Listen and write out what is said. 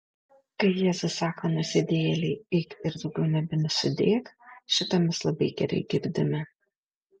kai jėzus sako nusidėjėlei eik ir daugiau nebenusidėk šitą mes labai gerai girdime